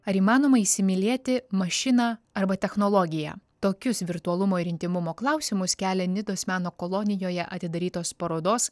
ar įmanoma įsimylėti mašiną arba technologiją tokius virtualumo ir intymumo klausimus kelia nidos meno kolonijoje atidarytos parodos